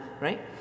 right